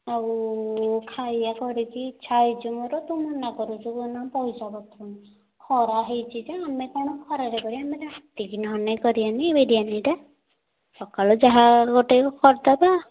ଆଉ ଖାଇବା କରିକି ଇଛା ହେଇଛି ମୋର ତୁ ମନା କରୁଛୁ କ'ଣ ନା ପଇସାପତ୍ର ନାହିଁ ଖରା ହେଇଛି ଯେ ଆମେ କ'ଣ ଖରାରେ କରିବା ଆମେ ରାତିକି ନହେଲେ କରିବାନି ବିରିୟାନୀଟା ସକାଳୁ ଯାହା ଗୋଟେ କରିଦେବା